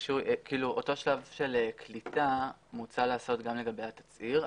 אותו שלב של קליטה, מוצע לעשות גם לגבי התצהיר.